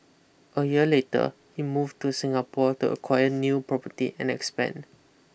a year later he move to Singapore to acquire new property and expand